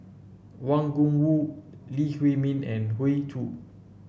Wang Gungwu Lee Huei Min and Hoey Choo